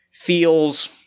feels